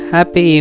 Happy